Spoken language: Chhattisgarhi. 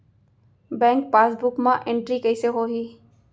बैंक पासबुक मा एंटरी कइसे होही?